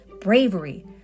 Bravery